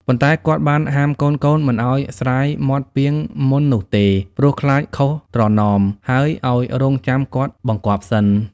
ប៉ុន្តែគាត់បានហាមកូនៗមិនឲ្យស្រាយមាត់ពាងមុននោះទេ ព្រោះខ្លាចខុសត្រណម ហើយឲ្យរង់ចាំគាត់បង្គាប់សិន។